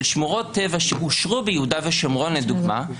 שמורות טבע שאושרו ביהודה ושומרון לדוגמה,